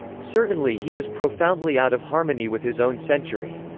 certainly he was profoundly out of harmony with his own century.